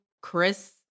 chris